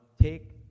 take